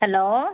hello